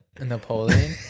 Napoleon